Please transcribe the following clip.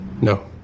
No